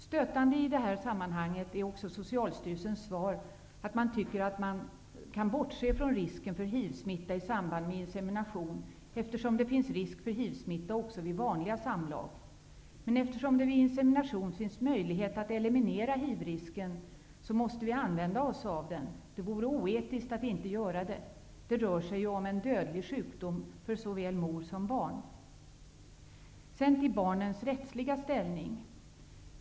Stötande i detta sammanhang är också Socialstyrelsens svar att man kan bortse från risken för HIV-smitta i samband med insemination, eftersom det finns risk för HIV-smitta också vid vanliga samlag. Men eftersom det vid insemination finns möjlighet att eliminera HIV-risken, måste vi använda oss av den. Det vore oetiskt att inte göra det. Det rör sig om en dödlig sjukdom för såväl mor som barn. Sedan till barnens rättsliga ställning.